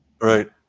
Right